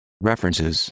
References